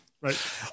right